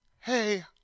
Hey